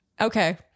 Okay